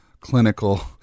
clinical